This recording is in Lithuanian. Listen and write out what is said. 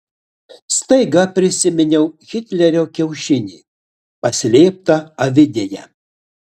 staiga prisiminiau hitlerio kiaušinį paslėptą avidėje